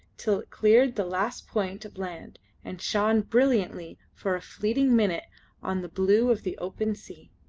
till it cleared the last point of land and shone brilliantly for a fleeting minute on the blue of the open sea.